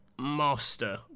master